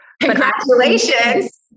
Congratulations